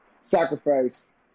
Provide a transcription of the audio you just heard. sacrifice